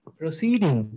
proceeding